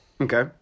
okay